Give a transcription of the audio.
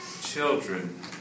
children